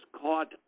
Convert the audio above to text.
caught